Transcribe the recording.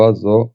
בתקופה זו,